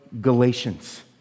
Galatians